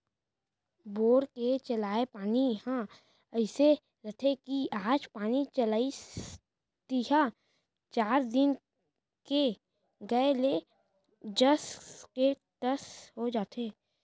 bore के चलाय पानी ह अइसे रथे कि आज पानी चलाइस तिहॉं चार दिन के गए ले जस के तस हो जाथे